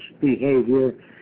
behavior